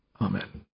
Amen